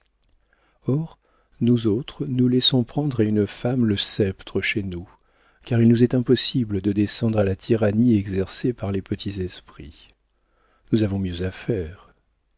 or nous autres nous laissons prendre à une femme le sceptre chez nous car il nous est impossible de descendre à la tyrannie exercée par les petits esprits nous avons mieux à faire